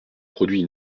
produit